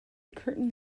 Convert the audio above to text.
curtain